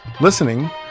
listening